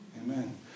Amen